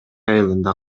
айылында